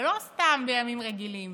ולא סתם בימים רגילים